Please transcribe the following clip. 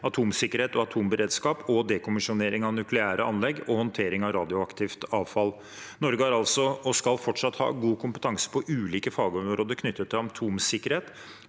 atomsikkerhet og atomberedskap, dekommisjonering av nukleære anlegg og håndtering av radioaktivt avfall. Norge har altså, og skal fortsatt ha, god kompetanse på ulike fagområder knyttet til atomsikkerhet.